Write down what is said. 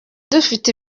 dufite